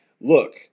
look